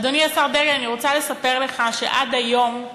אדוני השר דרעי, אני רוצה לספר לך שעד היום,